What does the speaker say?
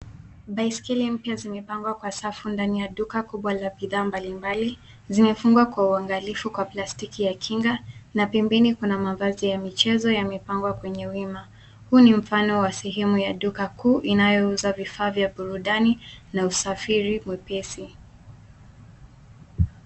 Baiskeli mpya zimepangwa kwa safu ndani ya duka kubwa la bidhaa mbalimbali. Zimefungwa kwa uangalifu kwa plastiki ya kinga na pembeni kuna mavazi ya michezo yamepangwa kwenye wima. Huu ni mfano wa sehemu ya duka kuu inayouza vifaa vya burudani na usafiri mwepesi.